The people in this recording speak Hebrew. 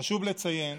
חשוב לציין